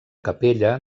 capella